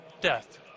death